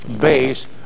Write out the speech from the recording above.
base